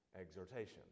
exhortation